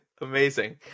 Amazing